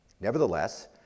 Nevertheless